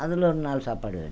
அதில் ஒரு நாலு சாப்பாடு வேணும்